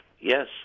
yes